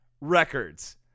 records